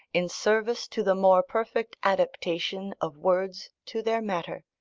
in service to the more perfect adaptation of words to their matter.